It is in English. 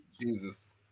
Jesus